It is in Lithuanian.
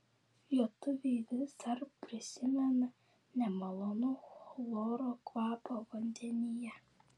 lietuviai vis dar prisimena nemalonų chloro kvapą vandenyje